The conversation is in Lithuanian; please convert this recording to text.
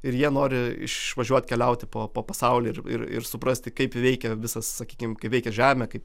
ir jie nori išvažiuot keliauti po po pasaulį ir ir suprasti kaip veikia visas sakykim kaip veikia žemė kaip